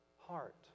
heart